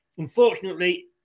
Unfortunately